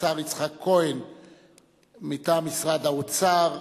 יצחק כהן מטעם משרד האוצר,